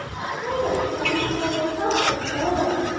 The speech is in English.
the cousins by this time were clustered together,